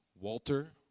Walter